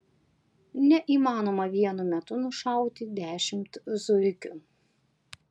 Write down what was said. neįmanoma vienu metu nušauti dešimt zuikių